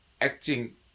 acting